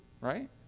Right